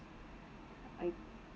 I